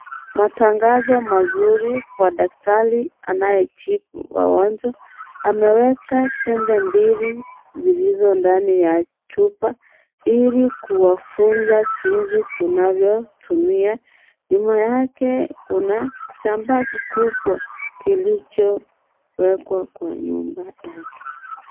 Matangazo mazuri kwa daktari anayetibu wagonjwa ameweka tembe mbili zilizo ndani ya chupa ili kuwafunza jinsi tunavyotumia nyuma yake kuna kitambaa kikubwa kilichowekwa kwa nyumba yake.